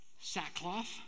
sackcloth